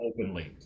openly